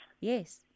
Yes